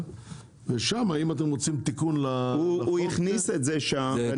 ואם אתם רוצים תיקון --- הוא הכניס את זה שם.